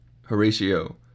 Horatio